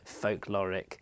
folkloric